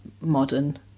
modern